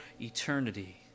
eternity